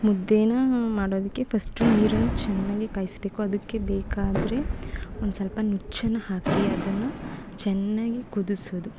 ಮುದ್ದೇನಾ ಮಾಡೋದಕ್ಕೆ ಪಸ್ಟು ನೀರನ್ನು ಚೆನ್ನಾಗಿ ಕಾಯಿಸಬೇಕು ಅದಕ್ಕೆ ಬೇಕಾದರೆ ಒಂದುದ್ ಸ್ವಲ್ಪ ನುಚ್ಚನ್ನ ಹಾಕಿ ಅದನ್ನು ಚೆನ್ನಾಗಿ ಕುದಿಸೊದು